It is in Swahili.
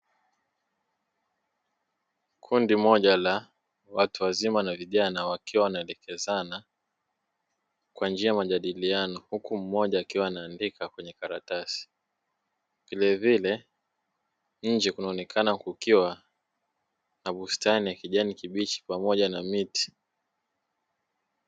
Kundi moja la watu wazima na vijana wakiwa wanaelekezana kwa njia ya majadiliano, huku mmoja akiwa anaandika kwenye karatasi, vilevile nje kunaonekana kukiwa na bustani ya kijani kibichi pamoja na miti.